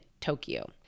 Tokyo